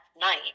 night